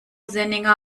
senninger